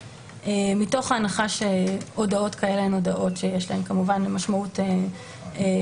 מתוך ההנחה שהודעות כאלה הן הודעות שיש להן משמעות גדולה